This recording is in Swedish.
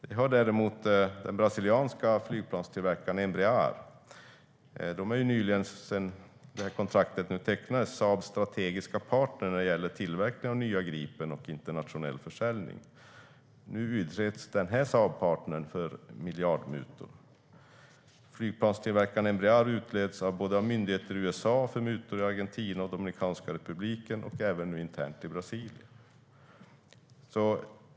Det har däremot den brasilianska flygplanstillverkaren Embraer som nyligen har tecknat kontrakt med Saabs strategiska partner gällande tillverkning av nya Gripen och internationell försäljning. Nu utreds denna Saabpartner för miljardmutor. Flygplanstillverkaren Embraer utreds av myndigheter i USA för mutor i Argentina, i Dominikanska republiken och nu även internt i Brasilien.